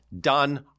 done